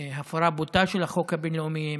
הן הפרה בוטה של החוק הבין-לאומי,